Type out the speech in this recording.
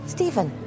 Stephen